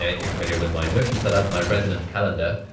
ah if you're familiar with my notion set up my resonance calendar,